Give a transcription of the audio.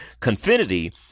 Confinity